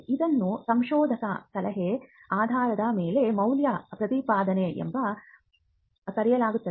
ಇದನ್ನು ಸಂಶೋಧಕರ ಸಲಹೆಯ ಆಧಾರದ ಮೇಲೆ ಮೌಲ್ಯ ಪ್ರತಿಪಾದನೆ ಎಂದು ಕರೆಯಲಾಗುತ್ತದೆ